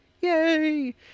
yay